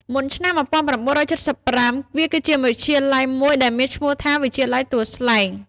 មុនឆ្នាំ១៩៧៥ វាគឺជាវិទ្យាល័យមួយដែលមានឈ្មោះថា វិទ្យាល័យទួលស្លែង។